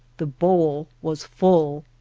the bowl was full.